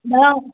भरूं